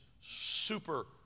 super